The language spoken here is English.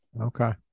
Okay